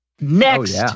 Next